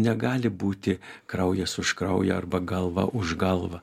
negali būti kraujas už kraują arba galva už galvą